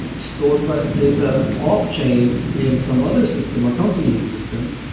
store private data off chain in some other system, accompanying system.